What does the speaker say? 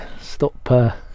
stop